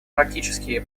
практические